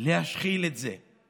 להשחיל את זה.